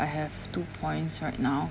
I have two points right now